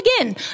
again